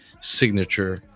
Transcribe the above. signature